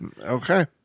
okay